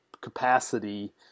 capacity